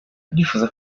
arifuza